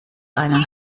einen